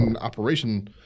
operation